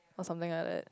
or something like that